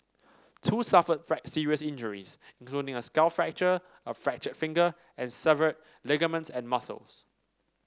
two suffered serious injuries including a skull fracture a fractured finger and severed ligaments and muscles